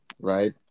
Right